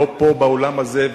לא פה באולם הזה,